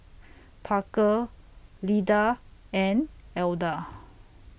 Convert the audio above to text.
Parker Lyda and Elda